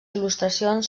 il·lustracions